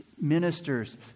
Ministers